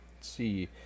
see